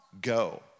go